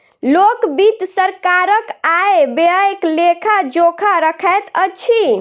लोक वित्त सरकारक आय व्ययक लेखा जोखा रखैत अछि